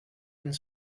ins